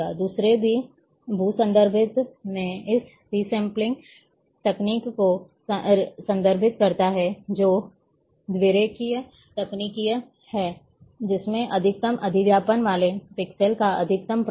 दूसरी भू संदर्भित में इस रिसेंपलिंग तकनीक को संदर्भित करता है जो द्विरेखीय तकनीक है जिसमें अधिकतम अधिव्यापन वाले पिक्सेल का अधिकतम प्रभाव होगा